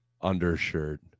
undershirt